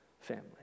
family